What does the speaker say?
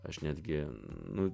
aš netgi nu